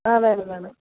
ആ വേണം വേണം